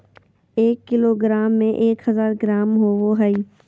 एक किलोग्राम में एक हजार ग्राम होबो हइ